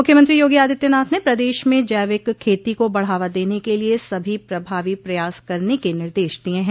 मुख्यमंत्री योगी आदित्यनाथ ने प्रदेश में जैविक खेती को बढ़ावा देने के लिये सभी प्रभावी प्रयास करने के निर्देश दिये हैं